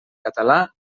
català